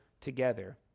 together